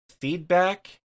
feedback